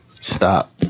Stop